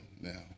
now